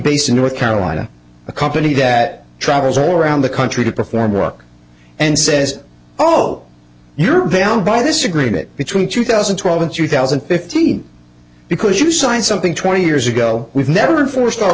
based in north carolina a company that travels all around the country to perform rock and says oh you're down by this agreement between two thousand and twelve and two thousand and fifteen because you signed something twenty years ago we've never forced ou